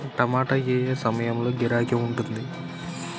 టమాటా ఏ ఏ సమయంలో గిరాకీ ఉంటుంది?